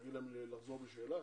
להגיד להם לחזור בשאלה?